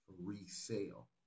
Resale